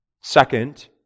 second